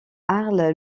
arles